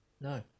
No